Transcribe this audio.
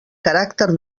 caràcter